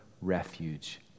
refuge